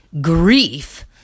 grief